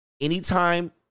Anytime